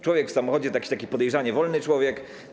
Człowiek w samochodzie to jakiś taki podejrzanie wolny człowiek.